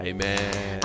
Amen